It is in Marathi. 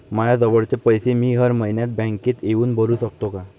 मायाजवळचे पैसे मी हर मइन्यात बँकेत येऊन भरू सकतो का?